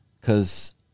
Cause